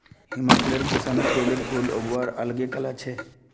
हिमाचलेर किसानत ट्यूलिप फूल उगव्वार अल ग कला छेक